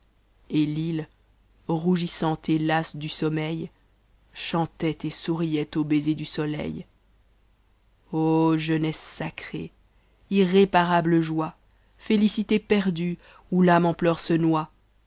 et me rougissante et lasse du sommeil chantatt et souriait aux baisers du soleil ô jeunesse sacrée irréparable joie félicité perdue o rame en pleurs se noie